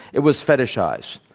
it was fetishized.